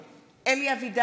(קוראת בשמות חברי הכנסת) אלי אבידר,